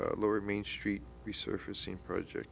the lower main street resurfacing project